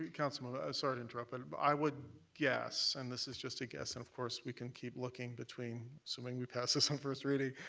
councilman sorry to interrupt, but and but i would guess and this is just a guess, and, of course, we can keep looking between assuming we pass this on first reading